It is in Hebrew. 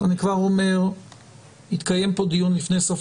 אני כבר אומר שיתקיים פה דיון לפני סוף